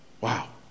Wow